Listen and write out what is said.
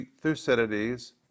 Thucydides